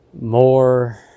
More